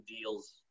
deals